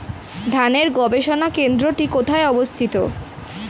ধানের গবষণা কেন্দ্রটি কোথায় অবস্থিত?